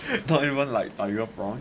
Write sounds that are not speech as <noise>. it's not even like <noise> prawn